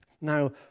Now